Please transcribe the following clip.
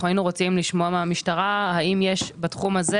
אבל אנחנו היינו רוצים לשמוע מהמשטרה האם יש בתחום הזה